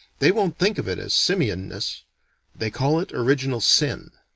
they won't think of it as simian-ness they call it original sin.